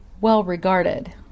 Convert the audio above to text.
well-regarded